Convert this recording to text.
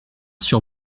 sur